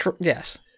Yes